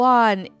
one